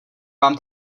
vám